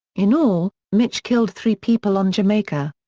in all, mitch killed three people on jamaica.